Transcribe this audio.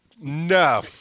no